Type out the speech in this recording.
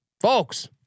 folks